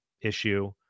issue